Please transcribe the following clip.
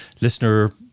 listener